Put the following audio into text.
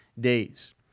days